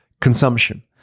consumption